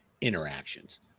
interactions